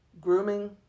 grooming